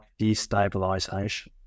destabilization